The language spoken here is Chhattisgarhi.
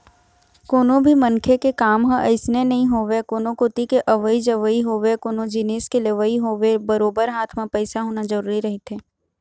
कोनो भी मनखे के काम ह अइसने नइ होवय कोनो कोती के अवई जवई होवय कोनो जिनिस के लेवई होवय बरोबर हाथ म पइसा होना जरुरी रहिथे